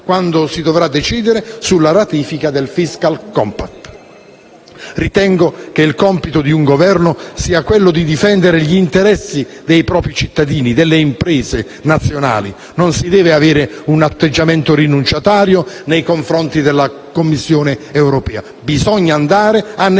Ritengo che il compito di un Governo sia difendere gli interessi dei propri cittadini e delle imprese nazionali. Non si deve avere un atteggiamento rinunciatario nei confronti della Commissione europea; bisogna andare a negoziare,